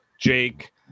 Jake